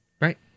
Right